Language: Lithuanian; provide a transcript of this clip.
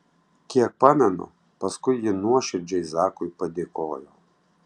kiek pamenu paskui ji nuoširdžiai zakui padėkojo